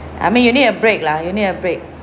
I mean you need a break lah you need a break